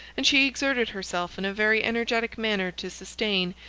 and she exerted herself in a very energetic manner to sustain,